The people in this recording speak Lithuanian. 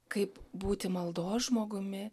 kaip būti maldos žmogumi